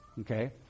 okay